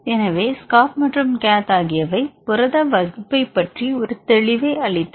எனவே SCOP மற்றும் CATH ஆகியவை புரத வகுப்பைப் பற்றி ஒரு தெளிவை அளித்தன